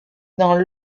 dans